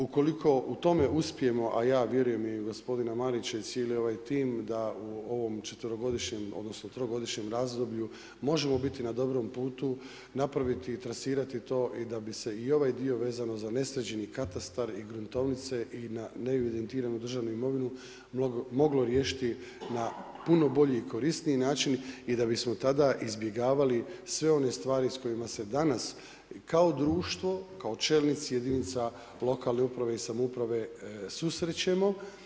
Ukoliko u tome uspijemo, a ja vjerujem i gospodin Marić i cijeli ovaj tim, da u ovom četverogodišnjem, odnosno, trogodišnjem razdoblju možemo biti na dobrom putu, napraviti i trasirati to i da bi se i ovaj dio vezano za nesređeni katastar i gruntovnice i na neevidentiranu državnu imovinu, moglo riješiti na puno bolji i korisniji način i da bismo tada izbjegavali sve one stvari koje se danas, kao društvo, kao čelnici jedinice lokalne uprave i samouprave susrećemo.